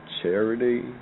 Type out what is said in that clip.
charity